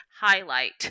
highlight